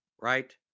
right